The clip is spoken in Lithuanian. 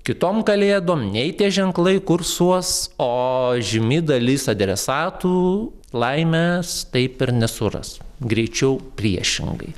kitom kalėdom nei tie ženklai kursuos o žymi dalis adresatų laimės taip ir nesuras greičiau priešingai